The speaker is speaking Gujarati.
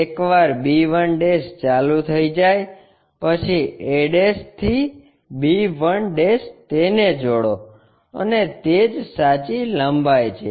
એકવાર b 1 ચાલુ થઈ જાય પછી a થી b 1 તેને જોડો અને તે જ સાચી લંબાઈ છે